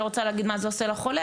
ואני לא רוצה להגיד מה זה עושה לחולה.